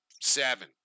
seven